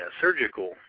surgical